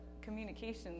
communication